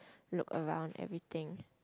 look around everything